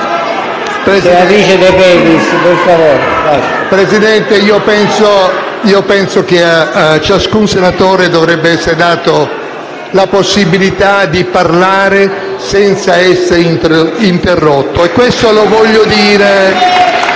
Presidente, io penso che a ciascun senatore dovrebbe essere data la possibilità di parlare senza essere interrotto. *(Applausi dal